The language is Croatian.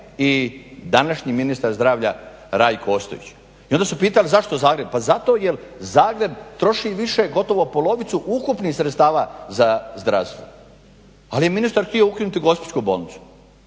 i današnji ministar zdravlja Rajko Ostojić. I onda su pitali zašto Zagreb? Pa zato jer Zagreb troši više, gotovo polovicu ukupnih sredstava za zdravstvo. Ali je ministar htio ukinuti gospićku bolnicu.